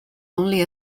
only